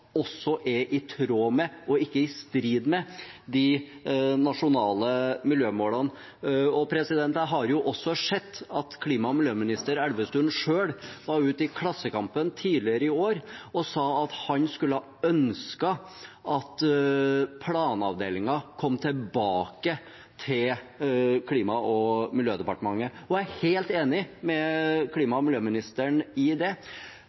også er i tråd med, og ikke i strid med, de nasjonale miljømålene. Jeg har sett at klima- og miljøminister Elvestuen selv var ute i Klassekampen tidligere i år og sa at han skulle ønske planavdelingen kom tilbake til Klima- og miljødepartementet. Jeg er helt enig med klima- og miljøministeren i det.